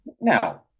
Now